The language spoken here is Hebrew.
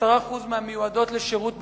10% מהמיועדות לשירות ביטחון,